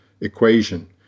equation